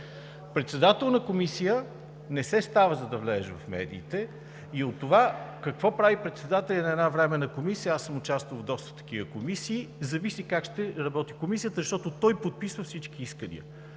Председател на комисия не се става, за да влезеш в медиите и от това какво прави председателят на една временна комисия. Аз съм участвал в доста такива комисии, зависи как ще работи комисията, защото той подписва всички искания.